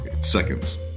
seconds